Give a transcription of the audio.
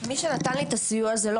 מי שנתן לי את הסיוע זה לא